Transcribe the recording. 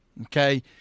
Okay